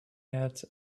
had